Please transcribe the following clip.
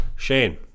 Shane